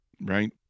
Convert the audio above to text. right